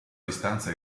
distanza